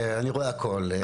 אני רואה הכל,